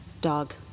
dog